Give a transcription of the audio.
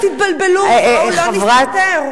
חברת הכנסת, אל תבלבלו, בואו לא נסתתר.